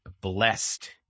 blessed